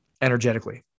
energetically